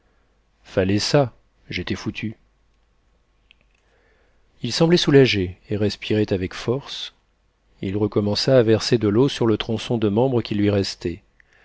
fallait ça j'étais foutu il semblait soulagé et respirait avec force il recommença à verser de l'eau sur le tronçon de membre qui lui restait